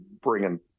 bringing